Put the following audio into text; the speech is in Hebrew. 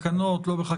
בתקנות, לא בחקיקה.